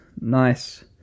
Nice